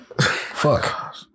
Fuck